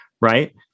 right